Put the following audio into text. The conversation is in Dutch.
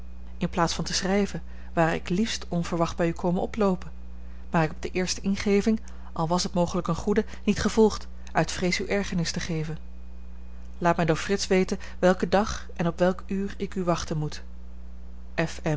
in plaats van te schrijven ware ik liefst onverwacht bij u komen oploopen maar ik heb de eerste ingeving al was het mogelijk eene goede niet gevolgd uit vrees u ergernis te geven laat mij door frits weten welken dag en op welk uur ik u wachten moet